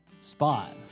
spot